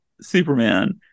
Superman